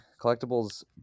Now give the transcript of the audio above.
Collectibles